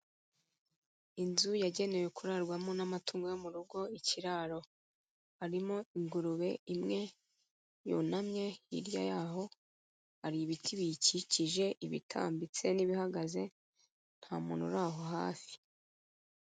Inzu yagenewe kurarwamo n'amatungo yo mu rugo ikiraro, harimo ingurube imwe yunamye hirya y'aho hari ibiti biyikikije, ibitambitse n'ibihagaze nta muntu uri aho hafi.